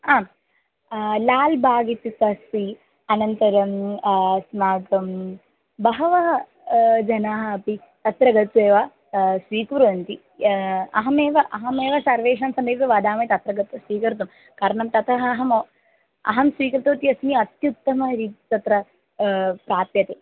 आम् लाल् बाग् इत्युप् अस्ति अनन्तरम् अस्माकं बहवः जनाः अपि तत्र गत्वा एव स्वीकुर्वन्ति अहमेव अहमेव सर्वेषां समीपे वदामि तत्र गत्वा स्वीकर्तुं कारणं ततः अहम् अहं स्वीकृतवती अस्मि अत्युत्तमं तत्र प्राप्यते